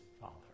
Father